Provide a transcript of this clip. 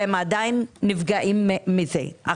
והם עדיין נפגעים מזה.